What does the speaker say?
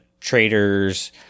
traders